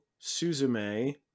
Suzume